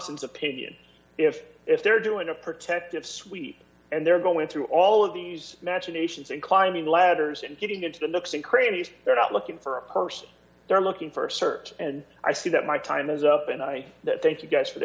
thompson's opinion if they're doing a protective sweep and they're going through all of these machinations and climbing ladders and getting into the mix and crazies they're not looking for a person they're looking for a search and i see that my time is up and i thank you guys for the